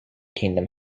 kingdom